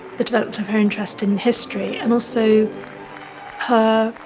the development of her interest in history, and also her,